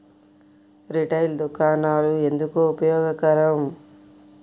Retail దుకాణాలు ఎందుకు ఉపయోగకరం?